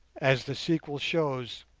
as the sequel shows,